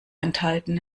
enthalten